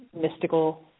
mystical